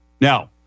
Now